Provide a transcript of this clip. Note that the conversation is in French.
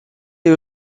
est